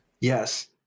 Yes